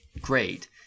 great